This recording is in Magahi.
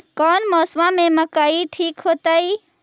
कौन मौसम में मकई ठिक होतइ?